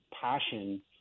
passion